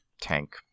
tank